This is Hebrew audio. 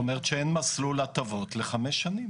זאת אומרת שאין מסלול הטבות לחמש שנים.